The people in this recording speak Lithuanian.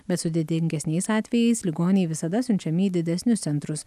bet sudėtingesniais atvejais ligoniai visada siunčiami į didesnius centrus